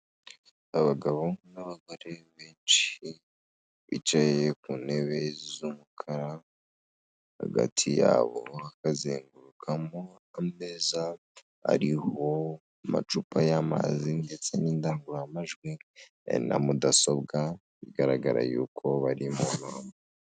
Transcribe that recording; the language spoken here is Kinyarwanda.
Abagabo n'abagore benshi bicaye ku ntebe z'umukara hagati yabo bakazengurukamo, ameza ariho amacupa y'amazi ndetse n'indangururamajwi ya na mudasobwa bigaragara yuko bari mu nama.